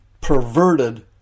perverted